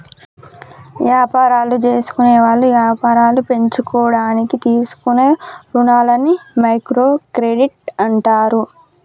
యాపారాలు జేసుకునేవాళ్ళు యాపారాలు పెంచుకోడానికి తీసుకునే రుణాలని మైక్రో క్రెడిట్ అంటారు